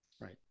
Right